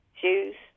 shoes